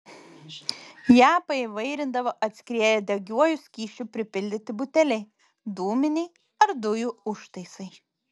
ją paįvairindavo atskrieję degiuoju skysčiu pripildyti buteliai dūminiai ar dujų užtaisai